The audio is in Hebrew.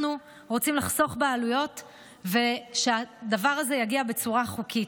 אנחנו רוצים לחסוך בעלויות ושהדבר הזה יגיע בצורה חוקית.